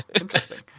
interesting